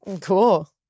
Cool